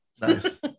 Nice